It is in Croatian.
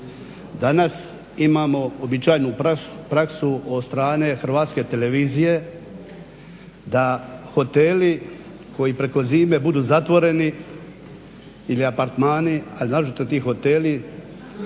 danas imamo uobičajenu praksu od strane HRT-a da hoteli koji preko zime budu zatvoreni ili apartmani, a naročito ti hoteli